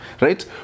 right